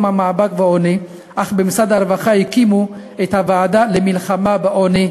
המאבק בעוני אך במשרד הרווחה הקימו את הוועדה למלחמה בעוני,